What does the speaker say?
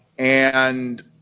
and,